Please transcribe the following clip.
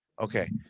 Okay